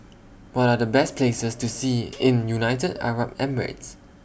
What Are The Best Places to See in United Arab Emirates